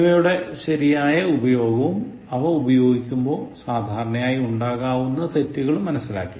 എന്നിവയുടെ ശരിയായ ഉപയോഗവും അവ ഉപയോഗിക്കുമ്പോൾ സാധാരണയായി ഉണ്ടാകാവുന്ന തെറ്റുകളും മനസ്സിലാക്കി